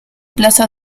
plaza